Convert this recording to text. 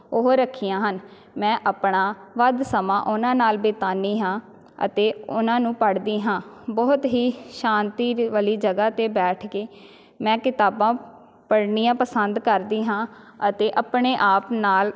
ਉਹ ਰੱਖੀਆਂ ਹਨ ਮੈਂ ਆਪਣਾ ਵੱਧ ਸਮਾਂ ਉਹਨਾਂ ਨਾਲ ਬਿਤਾਉਂਦੀ ਹਾਂ ਅਤੇ ਉਹਨਾਂ ਨੂੰ ਪੜ੍ਹਦੀ ਹਾਂ ਬਹੁਤ ਹੀ ਸ਼ਾਂਤੀ ਵਾਲੀ ਜਗ੍ਹਾ 'ਤੇ ਬੈਠ ਕੇ ਮੈਂ ਕਿਤਾਬਾਂ ਪੜ੍ਹਨੀਆਂ ਪਸੰਦ ਕਰਦੀ ਹਾਂ ਅਤੇ ਆਪਣੇ ਆਪ ਨਾਲ